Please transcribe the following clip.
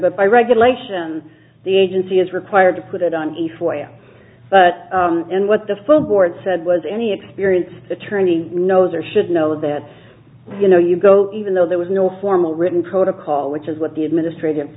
but by regulation the agency is required to put it on before but what the full board said was any experience attorney knows or should know that you know you go to even though there was no formal written protocol which is what the administrative